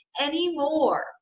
anymore